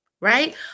right